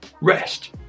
rest